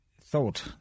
thought